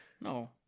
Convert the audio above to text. No